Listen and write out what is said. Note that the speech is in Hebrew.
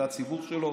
זה הציבור שלו,